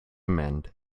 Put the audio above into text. mend